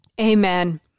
Amen